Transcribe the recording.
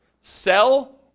sell